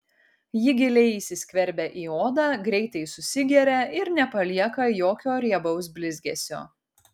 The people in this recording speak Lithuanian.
ji giliai įsiskverbia į odą greitai susigeria ir nepalieka jokio riebaus blizgesio